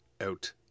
Out